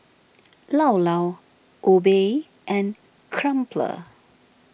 Llao Llao Obey and Crumpler